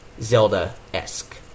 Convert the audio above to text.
Zelda-esque